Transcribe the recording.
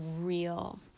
real